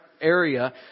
area